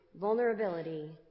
vulnerability